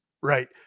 right